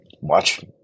watch